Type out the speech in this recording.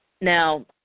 Now